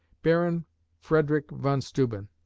baron frederick von steuben,